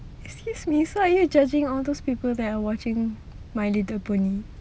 excuse me sir are you judging all those people that are watching my little pony